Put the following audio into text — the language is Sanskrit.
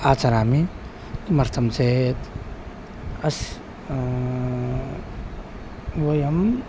आचरामि किमर्थं चेत् अस् वयम्